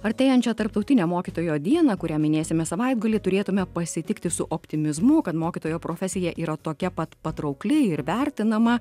artėjančią tarptautinę mokytojo dieną kurią minėsime savaitgalį turėtume pasitikti su optimizmu kad mokytojo profesija yra tokia pat patraukli ir vertinama